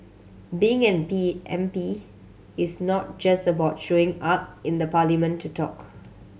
being an P M P is not just about showing up in the parliament to talk